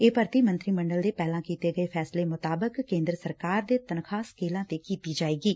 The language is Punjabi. ਇਹ ਭਰਤੀ ਮੰਤਰੀ ਮੰਡਲ ਦੇ ਪਹਿਲਾਂ ਕੀਤੇ ਗਏ ਫੈਸਲੇ ਮੁਤਾਬਿਕ ਕੇਦਰ ਸਰਕਾਰ ਦੇ ਤਨਖ਼ਾਹ ਸਕੇਲਾਂ ਤੇ ਕੀਤੀ ਜਾਏਗੀ